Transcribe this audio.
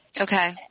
Okay